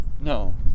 No